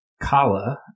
Kala